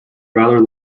rather